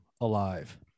alive